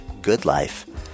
goodlife